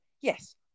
yes